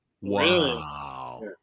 Wow